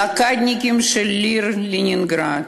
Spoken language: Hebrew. הבלוקדניקים של העיר לנינגרד,